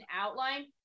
outline